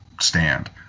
stand